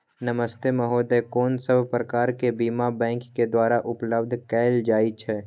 नमस्ते महोदय, कोन सब प्रकार के बीमा बैंक के द्वारा उपलब्ध कैल जाए छै?